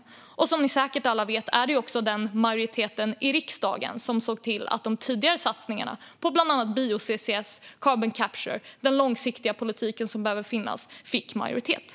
Som alla här säkert vet var det ju också denna majoritet i riksdagen som såg till att de tidigare satsningarna på bland annat bio-CCS och carbon capture - den långsiktiga politik som behöver finnas - fick stöd.